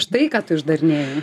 štai ką tu išdarinėji